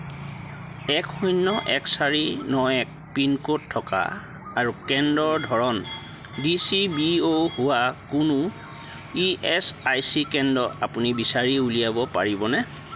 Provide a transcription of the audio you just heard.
এক শূন্য এক চাৰি ন এক পিনক'ড থকা আৰু কেন্দ্ৰৰ ধৰণ ডি চি বি অ' হোৱা কোনো ই এচ আই চি কেন্দ্ৰ আপুনি বিচাৰি উলিয়াব পাৰিবনে